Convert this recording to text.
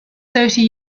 thirty